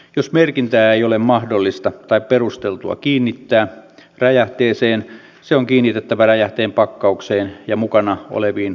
jos merkintää ei ole mahdollista tai perusteltua kiinnittää räjähteeseen se on kiinnitettävä räjähteen pakkaukseen ja mukana oleviin asiakirjoihin